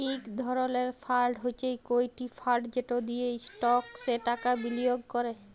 ইক ধরলের ফাল্ড হছে ইকুইটি ফাল্ড যেট দিঁয়ে ইস্টকসে টাকা বিলিয়গ ক্যরে